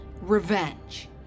Revenge